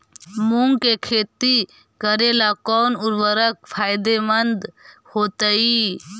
मुंग के खेती करेला कौन उर्वरक फायदेमंद होतइ?